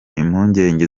impungenge